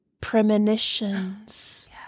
premonitions